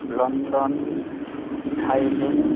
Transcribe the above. London Thailand